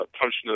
punched